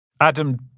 Adam